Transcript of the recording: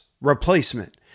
replacement